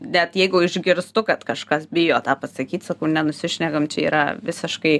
net jeigu išgirstu kad kažkas bijo tą pasakyt sakau nenusišnekam čia yra visiškai